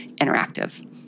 interactive